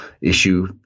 issue